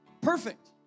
Perfect